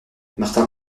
martin